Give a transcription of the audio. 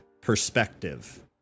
perspective